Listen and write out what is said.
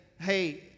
Hey